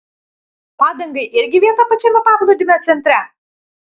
padangai irgi vieta pačiame paplūdimio centre